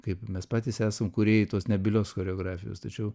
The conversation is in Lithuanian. kaip mes patys esam kūrėjai tos nebylios choreografijos tačiau